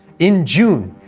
in june,